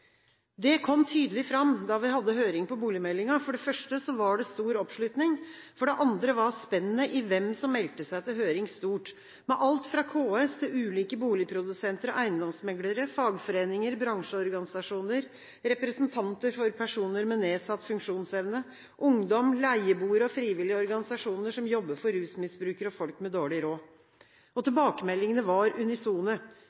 Det kom tydelig fram da vi hadde høring på boligmeldingen. For det første var det stor oppslutning, for det andre var spennet i hvem som meldte seg til høringen, stort, med alt fra KS til ulike boligprodusenter og eiendomsmeglere, fagforeninger, bransjeorganisasjoner, representanter for personer med nedsatt funksjonsevne, ungdom, leieboere og frivillige organisasjoner som jobber for rusmisbrukere og folk med dårlig råd.